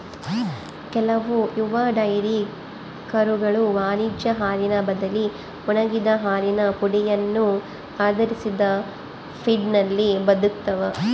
ಕೆಲವು ಯುವ ಡೈರಿ ಕರುಗಳು ವಾಣಿಜ್ಯ ಹಾಲಿನ ಬದಲಿ ಒಣಗಿದ ಹಾಲಿನ ಪುಡಿಯನ್ನು ಆಧರಿಸಿದ ಫೀಡ್ನಲ್ಲಿ ಬದುಕ್ತವ